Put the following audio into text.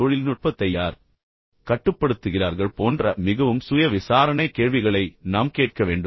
தொழில்நுட்பத்தை யார் கட்டுப்படுத்துகிறார்கள் போன்ற மிகவும் சுய விசாரணை கேள்விகளை நாம் கேட்க வேண்டும்